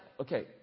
okay